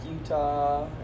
Utah